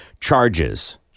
charges